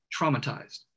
traumatized